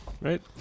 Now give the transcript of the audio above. right